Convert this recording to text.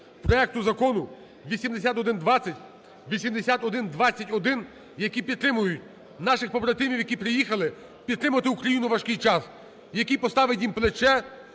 проекту Закону 8120, 8120-1, які підтримують наших побратимів, які приїхали підтримати Україну в важкий час. Який підставить їм плече,